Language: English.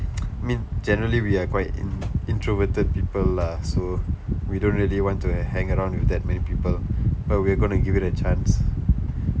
I mean generally we are quite in~ introverted people lah so we don't really want to hang around with that many people but we're gonna give it a chance